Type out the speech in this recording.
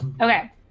Okay